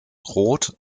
rot